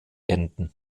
enden